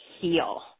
heal